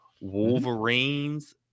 Wolverines